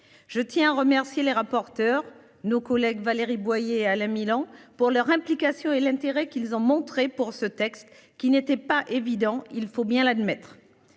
Je tiens à remercier les rapporteurs nos collègues Valérie Boyer, Alain Milan pour leur implication et l'intérêt qu'ils ont montré pour ce texte qui n'était pas évident, il faut bien l'admettre.